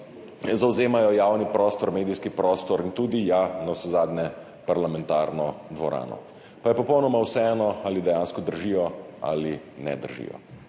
zavzemajo javni prostor, medijski prostor in tudi, ja, navsezadnje parlamentarno dvorano. Pa je popolnoma vseeno, ali dejansko držijo ali ne držijo.